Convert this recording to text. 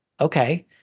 okay